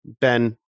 Ben